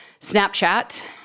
Snapchat